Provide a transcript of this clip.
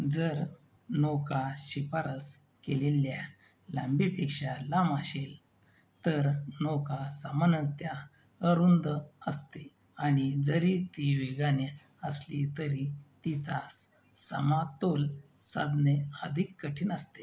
जर नौका शिफारस केलेल्या लांबीपेक्षा लांब असेल तर नौका सामान्यत अरुंद असते आणि जरी ती वेगाने असली तरी तिचा स समातोल साधणे अधिक कठीण असते